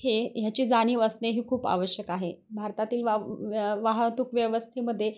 हे ह्याची जाणीव असणे ही खूप आवश्यक आहे भारतातील वा वाहतूक व्यवस्थेमध्ये